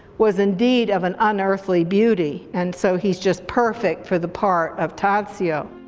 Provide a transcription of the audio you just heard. was indeed of an unearthly beauty and so he's just perfect for the part of tadzio.